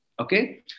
Okay